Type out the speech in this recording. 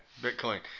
Bitcoin